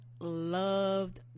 loved